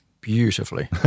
Beautifully